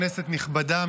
כנסת נכבדה,